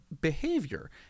behavior